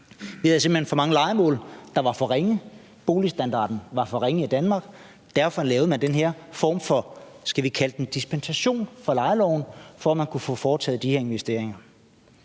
hen havde for mange lejemål, der var for ringe; boligstandarden var for ringe i Danmark. Derfor lavede man den her form for, skal vi kalde den dispensation fra lejeloven, for at man kunne få foretaget de her investeringer.